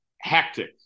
hectic